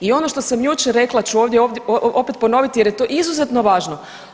I ono što sam jučer rekla ću ovdje opet ponoviti jer je to izuzetno važno.